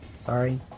Sorry